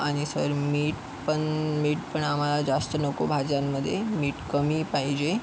आणि सर मीठ पण मीठ पण आम्हाला जास्त नको भाज्यांमध्ये मीठ कमी पाहिजे